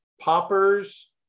Poppers